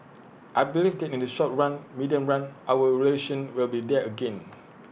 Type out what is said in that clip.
I believe that in the short run medium run our relations will be there again